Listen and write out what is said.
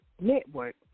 Network